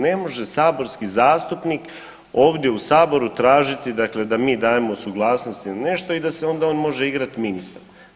Ne može saborski zastupnik ovdje u saboru tražiti dakle da mi dajemo suglasnost na nešto i da se onda on može igrat ministra.